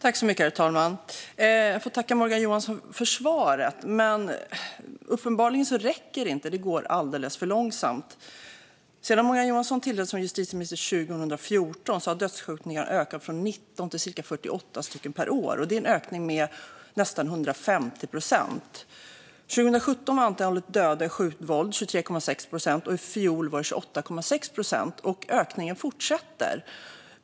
Herr talman! Jag får tacka Morgan Johansson för svaret. Men uppenbarligen räcker inte detta, för det går alldeles för långsamt. Sedan Morgan Johansson tillträdde som justitieminister 2014 har dödsskjutningarna ökat från 19 till cirka 48 per år, vilket är en ökning med nästan 150 procent. Av dem som dödats i våldsdåd var andelen som dog av skjutvåld 23,6 procent år 2017, och i fjol var andelen 28,6 procent - och ökningen fortsätter.